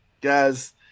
guys